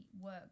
work